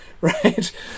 right